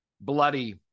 bloody